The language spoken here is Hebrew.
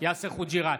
יאסר חוג'יראת,